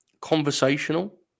conversational